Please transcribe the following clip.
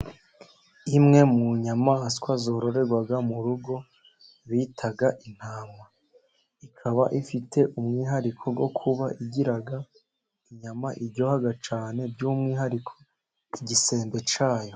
Imwe mu nyamaswa zororerwa mu rugo bita intama, ikaba ifite umwihariko wo kuba igira inyama iryoha cyane, by'umwihariko ku igisembe cyayo.